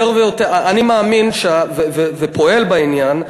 אני מאמין ופועל בעניין,